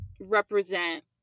represent